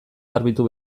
garbitu